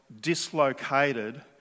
dislocated